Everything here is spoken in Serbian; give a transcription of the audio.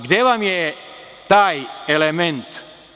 Gde vam je taj element?